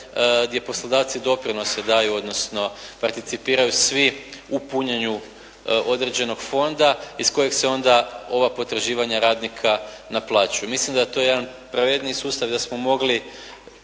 gdje poslodavci doprinose daju odnosno participiraju svi u punjenju određenog fonda iz kojeg se onda ova potraživanja radnika naplaćuju. Mislim da je to jedan pravedniji sustav i da smo mogli